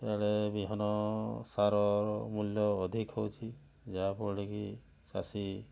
ଏଆଡ଼େ ବିହନ ସାରର ମୂଲ୍ୟ ଅଧିକ ଅଛି ଯାହା ଫଳରେ କି ଚାଷୀ